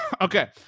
okay